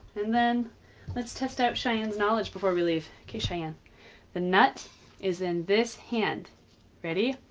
and then let's test out cheyenne's knowledge before we leave okay, cheyenne the nut is in this hand ready?